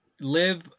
live